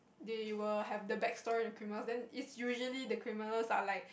they will have the backstory then it's usually the criminals are like